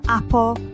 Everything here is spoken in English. Apple